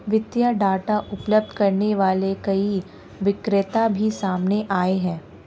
वित्तीय डाटा उपलब्ध करने वाले कई विक्रेता भी सामने आए हैं